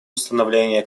установления